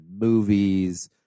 movies